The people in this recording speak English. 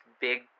big